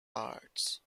arts